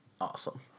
awesome